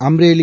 Amreli